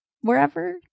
Wherever